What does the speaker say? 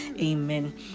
Amen